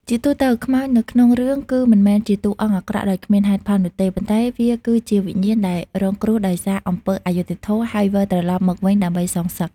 ជាទូទៅ ខ្មោចនៅក្នុងរឿងគឺមិនមែនជាតួអង្គអាក្រក់ដោយគ្មានហេតុផលនោះទេ ប៉ុន្តែវាគឺជាវិញ្ញាណដែលរងគ្រោះដោយសារអំពើអយុត្តិធម៌ ហើយវិលត្រឡប់មកវិញដើម្បីសងសឹក។